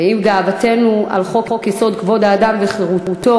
ואם גאוותנו על חוק-יסוד: כבוד האדם וחירותו,